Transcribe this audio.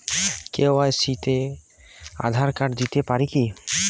KYC তে Aadhaar card দিতে পারি কি?